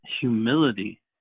humility